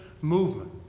movement